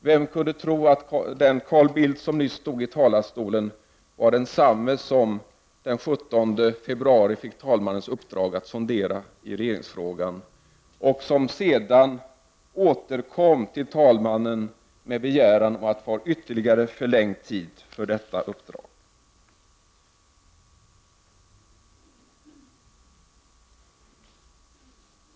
Vem kunde tro att den Carl Bildt som nyss stod i talarstolen är samme man som den 17 februari fick talmannens uppdrag att sondera i regeringsfrågan och som sedan återkom till talmannen med begäran om att få ytterligare förlängd tid för detta uppdrag.